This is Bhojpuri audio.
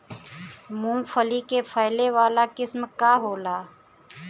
मूँगफली के फैले वाला किस्म का होला?